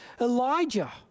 Elijah